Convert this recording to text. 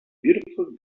beautiful